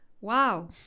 Wow